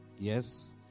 Yes